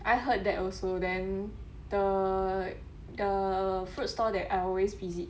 I heard that also then the the fruit store that I always visit